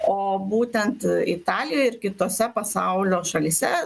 o būtent italijoj ir kitose pasaulio šalyse